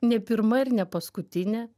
ne pirma ir ne paskutinė